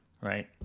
right